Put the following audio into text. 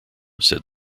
said